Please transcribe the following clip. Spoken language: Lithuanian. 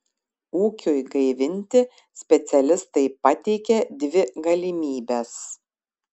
ūkiui gaivinti specialistai pateikia dvi galimybes